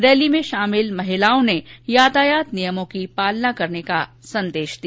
rally में शामिल महिलाओं ने यातायात नियमों की पालना करने का संदेश दिया